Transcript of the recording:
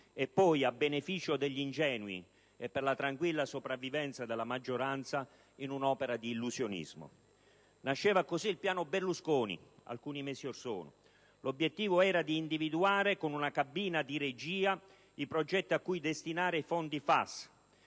e poi, a beneficio degli ingenui e per la tranquilla sopravvivenza della maggioranza, in un'opera di illusionismo. Nasceva così alcuni mesi or sono il cosiddetto piano Berlusconi. L'obiettivo era di individuare con una cabina di regia i progetti cui destinare i fondi FAS.